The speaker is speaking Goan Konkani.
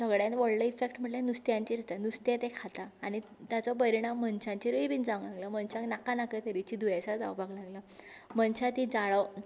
सगड्यान व्हडलो इफॅक्ट म्हळ्ळ्या नुस्त्यांचेर जाता नुस्तें तें खाता आनी ताचो परिणाम मनशांचेरूय बी जावंक लागला मनशांक नाका नाका तरेचीं दुयेंसां जावपाक लागला मनशां तीं झाडां